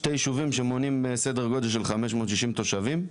שני יישובים שמונים סדר גודל של 560 תושבים.